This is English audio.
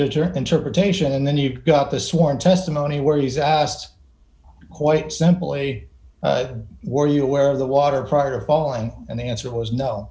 her interpretation and then you've got the sworn testimony where he's asked quite simple a were you aware of the water prior to fall and and the answer